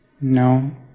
No